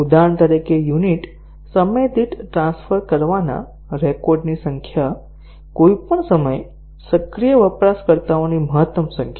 ઉદાહરણ તરીકે યુનિટ સમય દીઠ ટ્રાન્સફર કરવાના રેકોર્ડની સંખ્યા કોઈપણ સમયે સક્રિય વપરાશકર્તાઓની મહત્તમ સંખ્યા